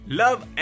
love